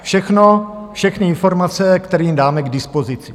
Všechno, všechny informace, které jim dáme k dispozici.